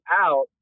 out